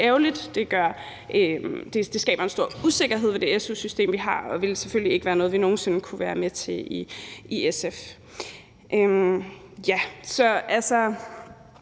ærgerligt. Det skaber en stor usikkerhed om det su-system, vi har, og det vil selvfølgelig ikke være noget, vi nogen sinde kan være med til i SF. Jeg synes